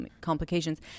complications